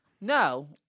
No